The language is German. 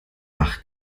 bach